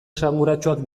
esanguratsuak